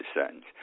sentence